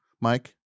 mike